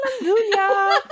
hallelujah